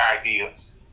ideas